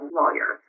lawyer